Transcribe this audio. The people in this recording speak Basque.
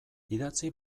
idatzi